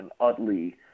Utley